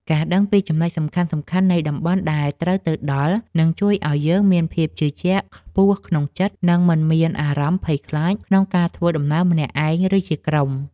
ការដឹងពីចំណុចសំខាន់ៗនៃតំបន់ដែលត្រូវទៅដល់នឹងជួយឱ្យយើងមានភាពជឿជាក់ខ្ពស់ក្នុងចិត្ត និង មិនមានអារម្មណ៍ភ័យខ្លាចក្នុងការធ្វើដំណើរម្នាក់ឯងឬជាក្រុម។